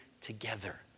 together